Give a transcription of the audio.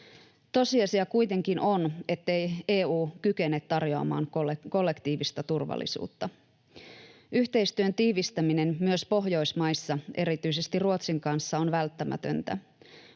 Tosiasia kuitenkin on, ettei EU kykene tarjoamaan kollektiivista turvallisuutta. Yhteistyön tiivistäminen myös Pohjoismaissa, erityisesti Ruotsin kanssa, on välttämätöntä.